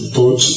put